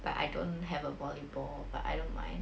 but I don't have a volleyball but I don't mind